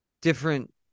different